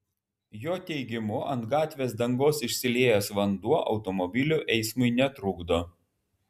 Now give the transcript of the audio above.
jo teigimu ant gatvės dangos išsiliejęs vanduo automobilių eismui netrukdo